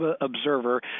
observer